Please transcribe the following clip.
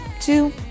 two